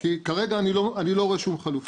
כי כרגע אני לא רואה שום חלופות.